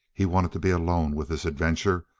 he wanted to be alone with this adventure,